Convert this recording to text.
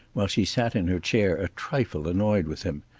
while she sat in her chair a trifle annoyed with him.